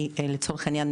לצורך העניין,